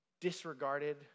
disregarded